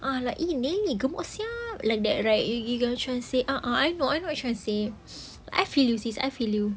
ah like dia ini gemuk [sial] like that right you you get what I'm trying to say right uh uh I'm no~ I'm not trying to say I feel you sis I feel you